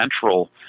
central